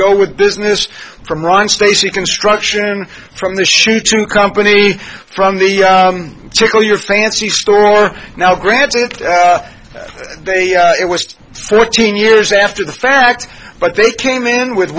go with business from ron stacey construction from the shoe to company from the tickle your fancy store or now granted they it was fourteen years after the fact but they came in with